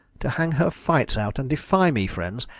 to hang her fights out, and defie me friends,